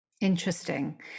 Interesting